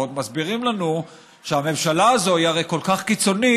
ועוד מסבירים לנו שהממשלה הזאת היא הרי כל כך קיצונית,